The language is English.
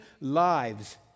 lives